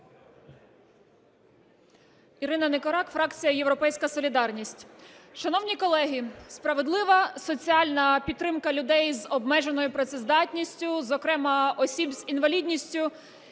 Ірина Никорак, фракція "Європейська солідарність". Шановні колеги, справедлива соціальна підтримка людей з обмеженою працездатністю, зокрема осіб з інвалідністю